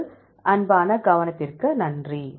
உங்கள் அன்பான கவனத்திற்கு நன்றி